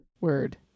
Word